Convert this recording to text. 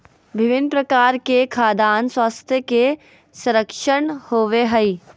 विभिन्न प्रकार के खाद्यान स्वास्थ्य के संरक्षण होबय हइ